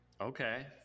Okay